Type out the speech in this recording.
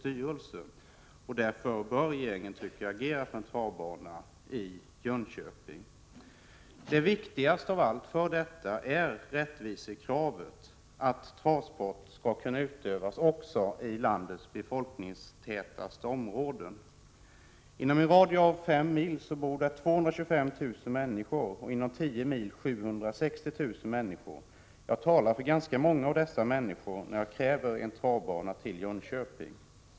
Enligt min mening bör regeringen även därför agera för en travbana i Jönköping. Det viktigaste av alla skäl är kravet på rättvisa, att travsport skall kunna utövas också i landets befolkningstätaste områden. Inom en radie av 5 mil bor det här 225 000 människor, och inom 10 mil 760 000 människor. Jag talar för ganska många av dessa människor när jag kräver en travbana till Jönköping.